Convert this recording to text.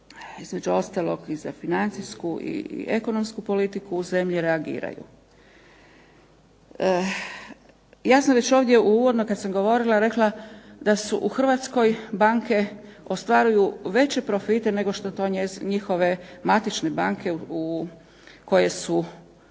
između ostalog i za financijsku i ekonomsku politiku u zemlji reagiraju. Ja sam već ovdje uvodno kad sam govorila rekla da u Hrvatskoj banke ostvaruju veće profite nego što to njihove matične banke koje su